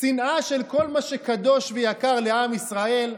שנאה של כל מה שקדוש ויקר לעם ישראל.